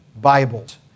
Bibles